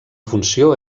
funció